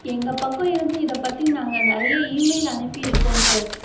எங்கள் பக்கம் இருந்து இதை பற்றி நாங்கள் நிறைய இ மெயில் அனுப்பியிருக்கோம் சார்